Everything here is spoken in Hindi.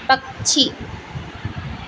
पक्षी